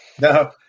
No